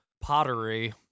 pottery